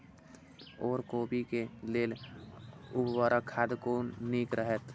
ओर कोबी के लेल उर्वरक खाद कोन नीक रहैत?